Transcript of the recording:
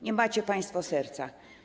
Nie macie państwo serca.